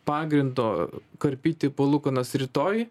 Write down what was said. pagrindo karpyti palūkanas rytoj